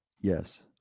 Yes